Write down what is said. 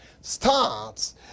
starts